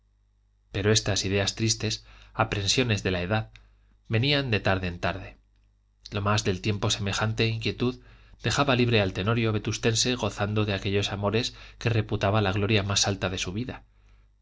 pero estas ideas tristes aprensiones de la edad venían de tarde en tarde lo más del tiempo semejante inquietud dejaba libre al tenorio vetustense gozando de aquellos amores que reputaba la gloria más alta de su vida